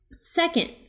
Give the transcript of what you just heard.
Second